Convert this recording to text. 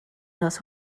nos